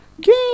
game